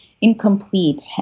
incomplete